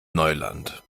neuland